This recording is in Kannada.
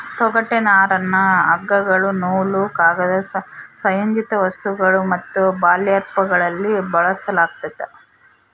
ತೊಗಟೆ ನರನ್ನ ಹಗ್ಗಗಳು ನೂಲು ಕಾಗದ ಸಂಯೋಜಿತ ವಸ್ತುಗಳು ಮತ್ತು ಬರ್ಲ್ಯಾಪ್ಗಳಲ್ಲಿ ಬಳಸಲಾಗ್ತದ